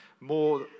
more